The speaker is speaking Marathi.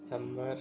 शंभर